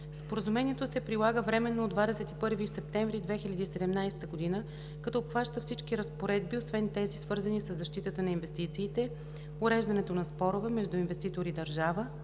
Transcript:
Споразумението се прилага временно от 21 септември 2017 г., като обхваща всички разпоредби, освен тези, свързани със защитата на инвестициите, уреждането на спорове между инвеститор и държава,